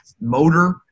motor